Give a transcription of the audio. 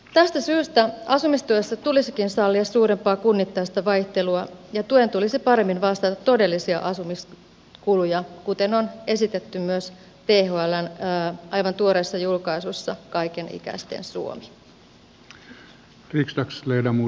tästä syystä asumistuessa tulisikin sallia suurempaa kunnittaista vaihtelua ja tuen tulisi paremmin vastata todellisia asumiskuluja kuten on esitetty myös thln aivan tuoreessa julkaisussa kaikenikäisten suomi